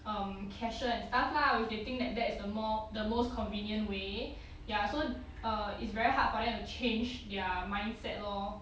um cashier and stuff lah with they think that that is the more the most convenient way ya so err it's very hard for them to change their mindset lor